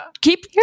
Keep